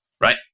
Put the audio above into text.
right